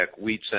wheat